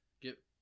get